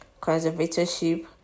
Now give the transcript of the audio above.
conservatorship